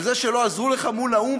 על זה שלא עזרו לך מול האו"ם,